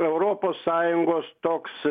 europos sąjungos toks